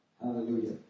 Hallelujah